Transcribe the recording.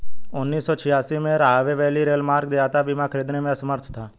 उन्नीस सौ छियासी में, राहवे वैली रेलमार्ग देयता बीमा खरीदने में असमर्थ था